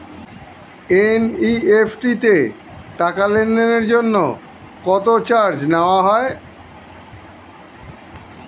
NEFT তে টাকা লেনদেনের জন্য কত চার্জ নেয়া হয়?